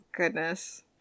goodness